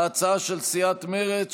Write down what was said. ההצעה של סיעת מרצ,